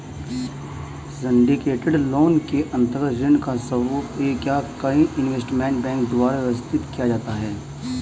syndicated loan के अंतर्गत ऋण का स्वरूप एक या कई इन्वेस्टमेंट बैंक के द्वारा व्यवस्थित किया जाता है